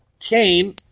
Cain